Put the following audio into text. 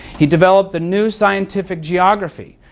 he developed the new scientific geography.